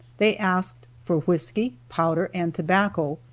they asked for whisky, powder and tobacco.